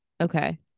Okay